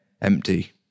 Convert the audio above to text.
empty